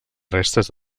restes